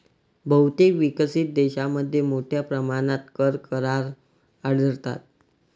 बहुतेक विकसित देशांमध्ये मोठ्या प्रमाणात कर करार आढळतात